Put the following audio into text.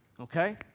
okay